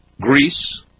Greece